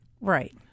Right